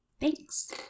Thanks